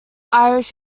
irish